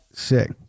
Sick